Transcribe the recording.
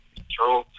control